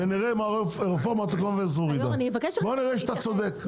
בוא נראה שאתה צודק.